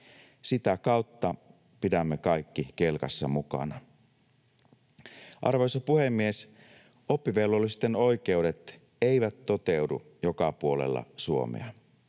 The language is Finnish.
Sitä kautta pidämme kaikki kelkassa mukana. Arvoisa puhemies! Oppivelvollisten oikeudet eivät toteudu joka puolella Suomea.